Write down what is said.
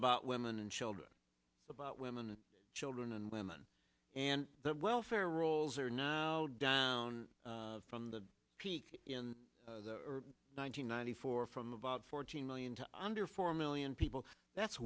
about women and children about women and children and women and that welfare rolls are now down from the peak in nine hundred ninety four from about fourteen million to under four million people that's